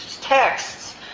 texts